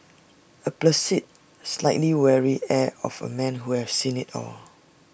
A placid slightly weary air of A man who has seen IT all